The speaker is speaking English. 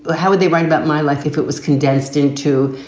but how would they write about my life if it was condensed into,